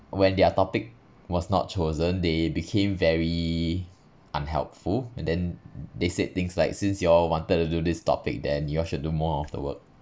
when their topic was not chosen they became very unhelpful and then they said things like since you all wanted to do this topic then you all should do more of the work